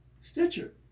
Stitcher